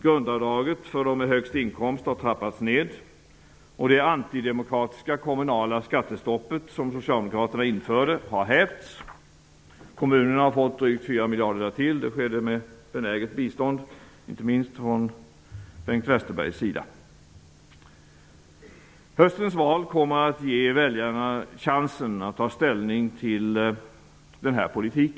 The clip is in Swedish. Grundavdraget för dem med högst inkomst har trappats ned, och det antidemokratiska kommunala skattestoppet som socialdemokraterna införde har hävts. Kommunerna har fått drygt 4 miljarder till, vilket skedde med benäget bistånd, inte minst från Bengt Hösten val kommer att ge väljarna chansen att ta ställning till denna politik.